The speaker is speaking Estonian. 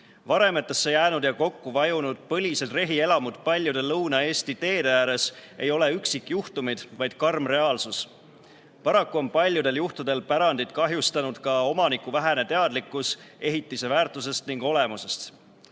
Varemetesse jäänud ja kokkuvajunud põlised rehielamud paljude Lõuna-Eesti teede ääres ei ole üksikjuhtumid, vaid karm reaalsus. Paraku on paljudel juhtudel pärandit kahjustanud ka omaniku vähene teadlikkus ehitise väärtusest ning olemusest.